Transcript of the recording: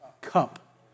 cup